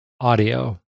audio